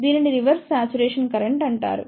దీనిని reverse saturation current అంటారు